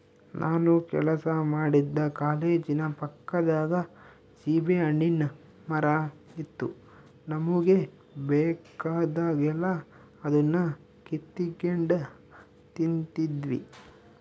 ನಾನು ಕೆಲಸ ಮಾಡ್ತಿದ್ದ ಕಾಲೇಜಿನ ಪಕ್ಕದಾಗ ಸೀಬೆಹಣ್ಣಿನ್ ಮರ ಇತ್ತು ನಮುಗೆ ಬೇಕಾದಾಗೆಲ್ಲ ಅದುನ್ನ ಕಿತಿಗೆಂಡ್ ತಿಂತಿದ್ವಿ